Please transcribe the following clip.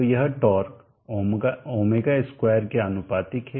तो यह टार्क ω2 के आनुपातिक है